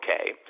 okay